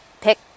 pick